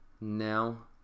now